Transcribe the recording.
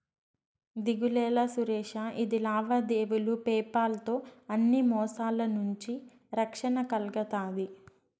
దిగులేలా సురేషా, ఇది లావాదేవీలు పేపాల్ తో అన్ని మోసాల నుంచి రక్షణ కల్గతాది